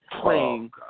playing